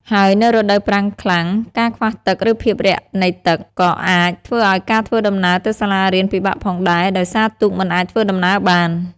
ហើយនៅរដូវប្រាំងខ្លាំង ការខ្វះទឹក ឬភាពរាក់នៃទឹក ក៏អាចធ្វើឱ្យការធ្វើដំណើរទៅសាលារៀនពិបាកផងដែរ ដោយសារទូកមិនអាចធ្វើដំណើរបាន។